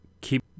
keep